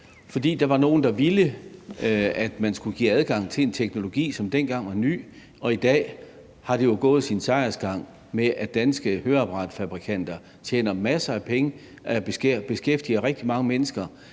fordi der var nogen, der ville, at man skulle give adgang til en teknologi, som dengang var ny, og som i dag har gået sin sejrsgang, så danske høreapparatfabrikanter tjener masser af penge og beskæftiger rigtig mange mennesker.